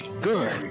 good